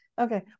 Okay